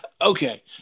Okay